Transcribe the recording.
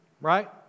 Right